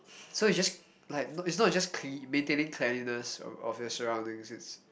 so you just like is not just maintaining cleanliness of of your surroundings it's